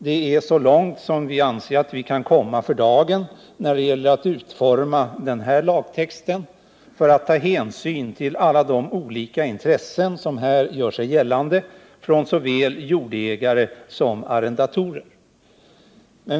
Det är så långt som vi anser att vi kan komma för dagen när det gäller att utforma denna lagtext och därvid ta hänsyn till alla de olika intressen som här gör sig gällande från såväl jordägare som arrendatorer.